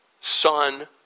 Son